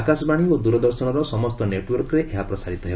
ଆକାଶବାଣୀ ଓ ଦୂରଦର୍ଶନର ସମସ୍ତ ନେଟ୍ୱର୍କରେ ଏହା ପ୍ରସାରିତ ହେବ